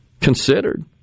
considered